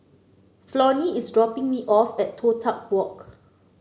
Flonnie is dropping me off at Toh Tuck Walk